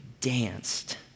danced